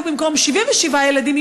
במקום 77 ילדים,